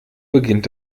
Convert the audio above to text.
beginnt